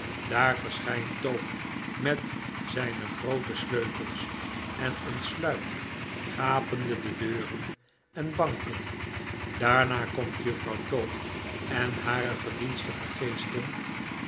daar verschynt tope met zyne groote sleutels en ontsluit gapende de deuren en banken daarna komt juffrouw tope en hare gedienstige